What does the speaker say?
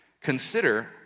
Consider